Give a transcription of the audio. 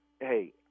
hey